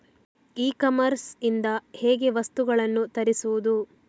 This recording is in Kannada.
ಇ ಕಾಮರ್ಸ್ ಇಂದ ಹೇಗೆ ವಸ್ತುಗಳನ್ನು ತರಿಸುವುದು?